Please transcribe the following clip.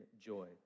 joy